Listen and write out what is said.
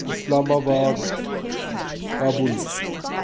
Islamabad Kabul